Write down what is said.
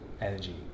energy